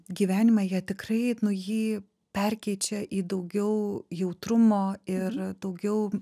gyvenimą jie tikrai nu jį perkeičia į daugiau jautrumo ir daugiau